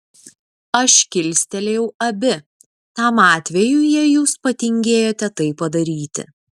aš kilstelėjau abi tam atvejui jei jūs patingėjote tai padaryti